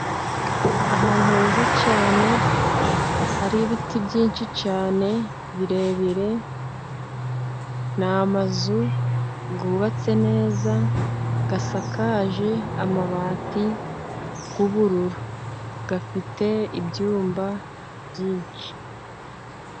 Ahantu heza cyane hari ibiti byinshi cyane birebire ni amazu yubatse neza asakaje amabati y'ubururu afite ibyumba byinshi.